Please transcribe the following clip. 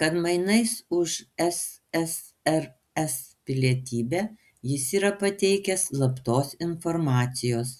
kad mainais už ssrs pilietybę jis yra pateikęs slaptos informacijos